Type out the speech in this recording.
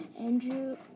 Andrew